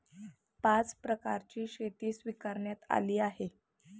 पाच प्रकारची शेती स्वीकारण्यात आली आहे